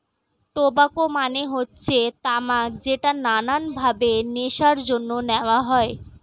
tobacco মানে হচ্ছে তামাক যেটা নানান ভাবে নেশার জন্য নেওয়া হয়